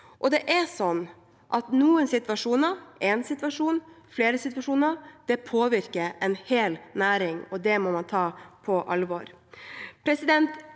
Det er sånn at noen situasjoner, én situasjon, flere situasjoner, påvirker en hel næring, og det må man ta på alvor.